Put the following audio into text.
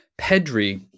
Pedri